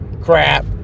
Crap